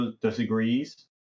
disagrees